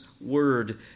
word